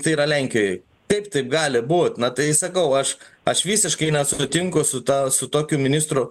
tai yra lenkijoj kaip taip gali būt na tai sakau aš aš visiškai sutinku su ta su tokiu ministru